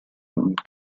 und